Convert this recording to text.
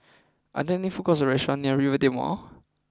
are there any food courts or restaurants near Rivervale Mall